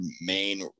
main